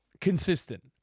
consistent